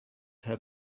her